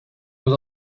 was